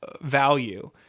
value